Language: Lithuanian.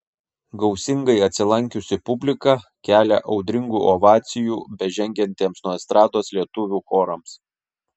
gausingai atsilankiusi publika kelia audringų ovacijų bežengiantiems nuo estrados lietuvių chorams